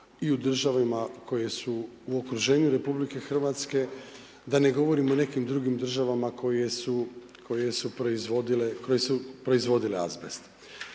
i u državama koje su u okruženju Republike Hrvatske, da ne govorim o nekim drugim državama koje su proizvodile azbest.